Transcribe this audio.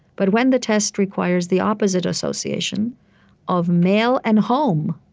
but when the test requires the opposite association of male and home,